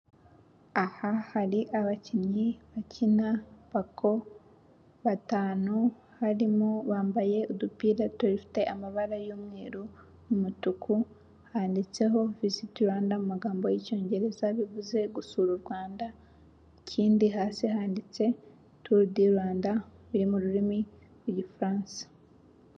Aha hari abakinnyi bakina bako batanu, harimo bambaye udupira dufite amabara y'umweru n'umutuku handitseho Visiti Rwanda mu magambo y'icyongereza bivuze gusura u Rwanda, ikindi hasi handitse Tour du Rwanda biri mu rurimi rw'igifaransa.